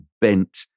bent